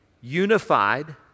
unified